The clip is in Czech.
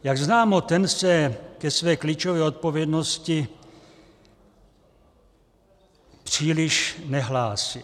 Jak známo, ten se ke své klíčové odpovědnosti příliš nehlásil.